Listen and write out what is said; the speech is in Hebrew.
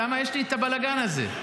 למה יש לי את הבלגן הזה?